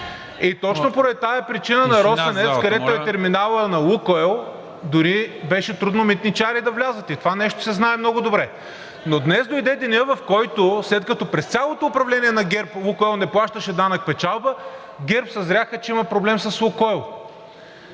И точно поради тази причина, днес, където е терминалът на „Лукойл”, дори беше трудно митничари да влязат, и това нещо се знае много добре. Но днес дойде денят, в който, след като през цялото управление на ГЕРБ „Лукойл” не плащаше данък печалба, ГЕРБ съзряха, че има проблем с „Лукойл”.